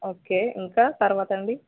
okay ఇంకా తరువాత అండి